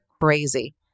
crazy